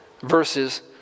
Verses